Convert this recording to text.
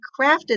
crafted